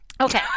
Okay